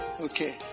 okay